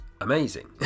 amazing